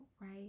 right